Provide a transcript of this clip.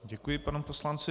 Děkuji panu poslanci.